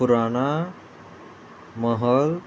पुराणा महल